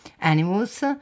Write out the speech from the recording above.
animals